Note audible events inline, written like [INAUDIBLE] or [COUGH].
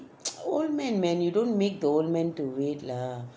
[NOISE] old man man you don't make the old man to wait lah